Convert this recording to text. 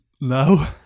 No